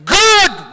good